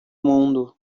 mundo